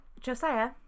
Josiah